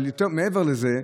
אבל מעבר לזה,